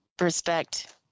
respect